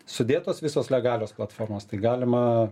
sudėtos visos legalios platformos tai galima